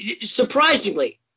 surprisingly